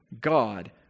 God